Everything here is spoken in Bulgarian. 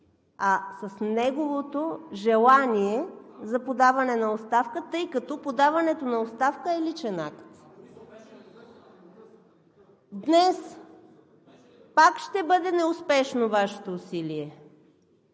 а с неговото желание за подаване на оставка, тъй като подаването на оставка е личен акт. Днес пак ще бъде неуспешно Вашето усилие.